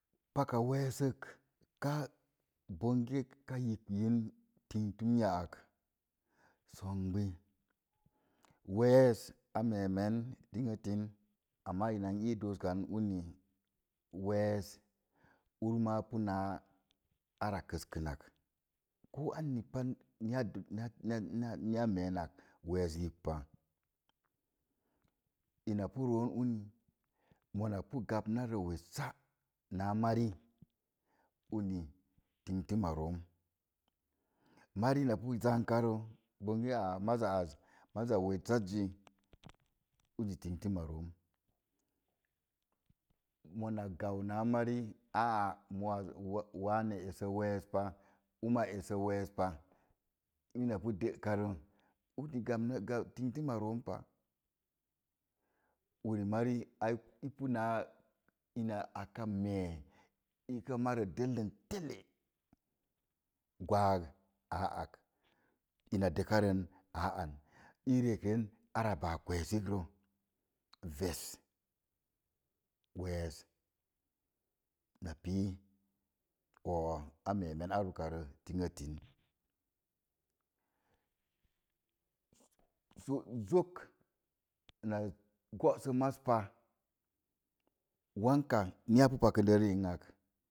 Paka weesək, ka bonge ka yibyən tingtum ya ak, songbi wees a mee nen tingtin amaa ina ni dooskaan uni wees ur ma puna ara kəskənnak. Ko anni tan nia nia nia meenak wees yibk pa, ina pu roon uni mona pu gamnaro weessa naa mari uni tingtum a room, mari na pu zankaro bonge a maza az maza wessazi uni tingtum a room pa. Mona gau naa mari a a moaz wa wane eso weespa uma eso weespa, ina pu dəkaro uki gamna ga tintum a roompa. Uri mari ai ipu naa ina aka meen ika marə dəllən telle, gwaag, aaak, ina dəakarən aa an, ii rekren ara baar kweesikrə ves, wees na pii oo a meemen ar karo tingtin su zok na go'so mazpa, wanka ni apu pakəndə ri'an ak